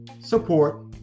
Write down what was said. support